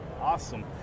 Awesome